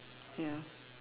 ya